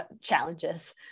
challenges